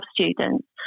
students